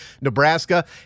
Nebraska